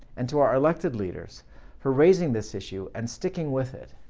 and to our elected leaders for raising this issue and sticking with it.